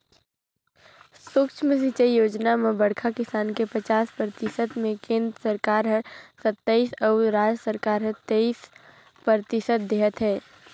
सुक्ष्म सिंचई योजना म बड़खा किसान के पचास परतिसत मे केन्द्र सरकार हर सत्तइस अउ राज सरकार हर तेइस परतिसत देहत है